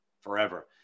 forever